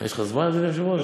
יש לך זמן, אדוני היושב-ראש?